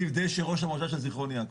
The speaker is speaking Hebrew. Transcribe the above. זיו דשא, ראש המועצה של זכרון יעקב.